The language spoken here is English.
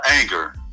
Anger